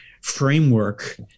framework